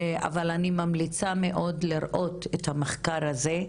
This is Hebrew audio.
אבל אני ממליצה מאוד להסתכל על המחקר הזה,